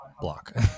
block